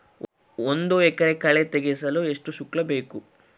ಒಂದು ಎಕರೆ ಕಳೆ ತೆಗೆಸಲು ಎಷ್ಟು ಶುಲ್ಕ ಬೇಕು?